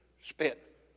spit